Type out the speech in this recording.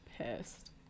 pissed